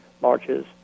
marches